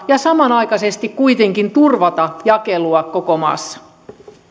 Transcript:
ja samanaikaisesti kuitenkin turvata jakelu koko maassa